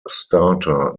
starter